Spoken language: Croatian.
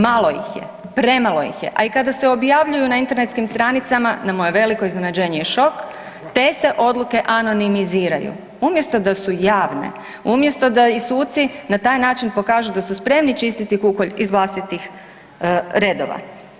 Malo ih je, premalo ih je a i kada se objavljuju na internetskim stranicama na moje veliko iznenađenje je šok, te se odluke anonimiziraju umjesto da su javne, umjesto da suci i na taj način pokažu da su spremni čistiti kukolj iz vlastitih redova.